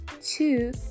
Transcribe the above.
two